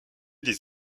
les